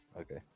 Okay